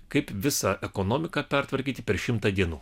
kaip visą ekonomiką pertvarkyti per šimtą dienų